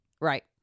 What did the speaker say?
Right